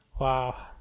Wow